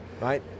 right